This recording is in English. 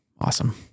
awesome